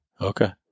Okay